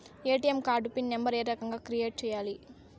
ATM card PIN number ఏ రకంగా create సేయాలి